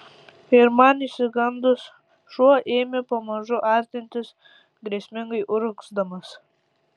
ir man išsigandus šuo ėmė pamažu artintis grėsmingai urgzdamas